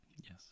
Yes